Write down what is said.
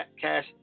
cash